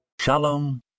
Shalom